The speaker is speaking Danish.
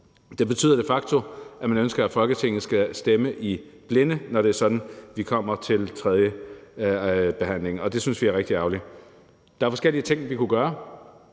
Det betyder de facto, at man ønsker, at Folketinget skal stemme i blinde, når vi kommer til tredje behandling, og det synes vi er rigtig ærgerligt. Der er forskellige ting, vi kunne gøre.